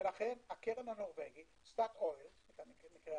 ולכן הקרן הנורבגית נקראת